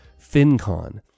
FinCon